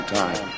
time